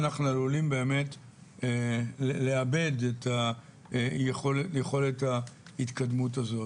אנחנו עלולים באמת לאבד את יכולת ההתקדמות הזאת.